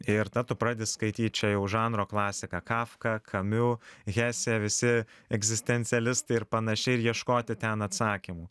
ir tada tu pradedi skaityt čia jau žanro klasika kafka kamiu hesė visi egzistencialistai ir panašiai ir ieškoti ten atsakymų